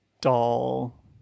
doll